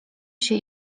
się